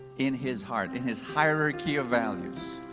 in his heart, in his hierarchy of values,